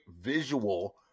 visual